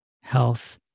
health